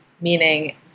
Meaning